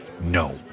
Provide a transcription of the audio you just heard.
no